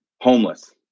homeless